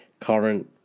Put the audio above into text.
current